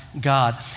God